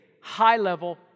high-level